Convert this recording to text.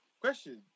question